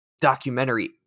documentary